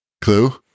Clue